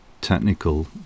technical